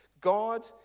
God